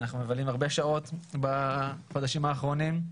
אנחנו מבלים הרבה שעות בחודשים האחרונים,